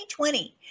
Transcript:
2020